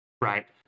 right